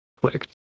clicked